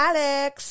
Alex